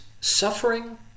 Suffering